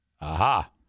Aha